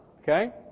Okay